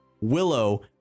Willow